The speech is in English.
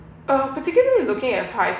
a particularly you looking at high